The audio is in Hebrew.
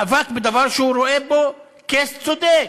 מאבק בדבר שהוא רואה בו case צודק.